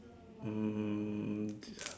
um this one